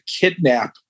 kidnap